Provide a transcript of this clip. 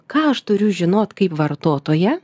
ką aš turiu žinot kaip vartotoja